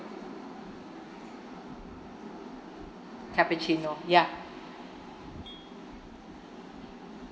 cappuccino ya